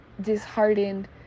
disheartened